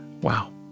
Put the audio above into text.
wow